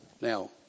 Now